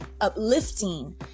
uplifting